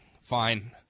Fine